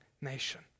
nation